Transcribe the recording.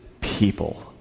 people